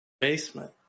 basement